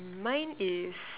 mine is